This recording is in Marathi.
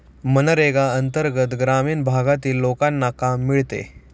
मनरेगा अंतर्गत ग्रामीण भागातील लोकांना काम मिळते